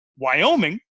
Wyoming